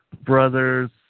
brothers